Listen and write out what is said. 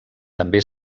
també